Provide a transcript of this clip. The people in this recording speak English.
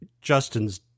Justin's